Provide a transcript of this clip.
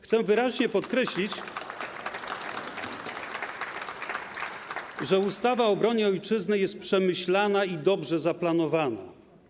Chcę wyraźnie podkreślić, że ustawa o obronie Ojczyzny jest przemyślana i dobrze zaplanowana.